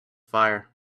fire